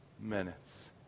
minutes